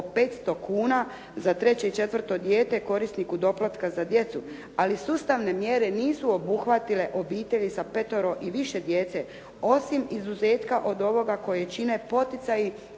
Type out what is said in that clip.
500 kuna za treće i četvrto dijete korisniku doplatka za djecu. Ali sustavne mjere nisu obuhvatile obitelji sa petoro i više djece, osim izuzetka od ovoga koje čine poticaji